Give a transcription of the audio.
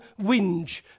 whinge